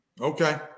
Okay